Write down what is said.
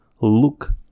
look